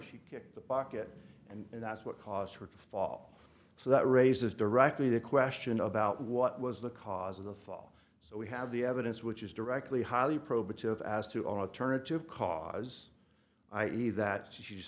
she kicked the bucket and that's what caused her to fall so that raises directly the question about what was the cause of the fall so we have the evidence which is directly highly probative as to alternative cause i e that she